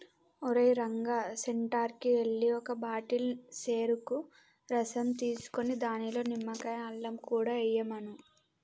ఓరేయ్ రంగా సెంటర్కి ఎల్లి ఒక బాటిల్ సెరుకు రసం తీసుకురా దానిలో నిమ్మకాయ, అల్లం కూడా ఎయ్యమను